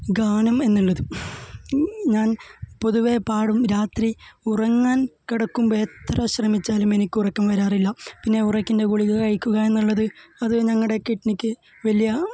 ഗാനം എന്നുള്ളത് ഞാന് പൊതുവേ പാടും രാത്രി ഉറങ്ങാന് കിടക്കുമ്പോൾ എത്ര ശ്രമിച്ചാലും എനിക്ക് ഉറക്കം വരാറില്ല പിന്നെ ആ ഉറക്കത്തിന്റെ ഗുളിക കഴിക്കുക എന്നുള്ളത് അത് ഞങ്ങളുടെ കിഡ്നിക്ക് വലിയ